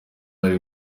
ari